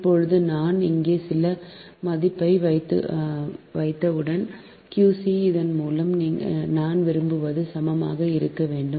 இப்போது நான் இங்கே சில மதிப்பை வைத்தவுடன் Q c இதன் மூலம் நான் விரும்புவது சமமாக இருக்க வேண்டும்